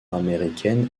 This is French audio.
américaine